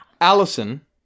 Allison